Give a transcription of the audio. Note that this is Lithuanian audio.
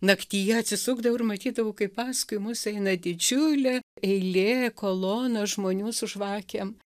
naktyje atsisukdavau ir matydavau kaip paskui mus eina didžiulė eilė kolona žmonių su žvakėm